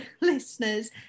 listeners